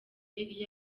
iyo